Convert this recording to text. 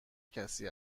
کسی